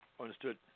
Understood